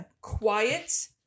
quiet